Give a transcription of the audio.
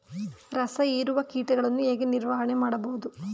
ರಸ ಹೀರುವ ಕೀಟಗಳನ್ನು ಹೇಗೆ ನಿರ್ವಹಣೆ ಮಾಡಬಹುದು?